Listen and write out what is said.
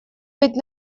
быть